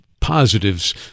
positives-